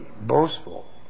boastful